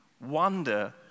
wonder